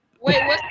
Wait